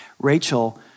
Rachel